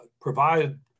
provide